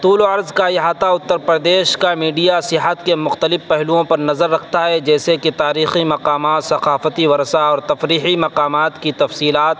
طول و عرض کا احاطہ اتّر پردیش کا میڈیا سیاحت کے مختلف پہلوؤں پر نظر رکھتا ہے جیسے کہ تاریخی مقامات ثقافتی ورثہ اور تفریحی مقامات کی تفصیلات